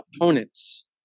opponents